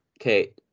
okay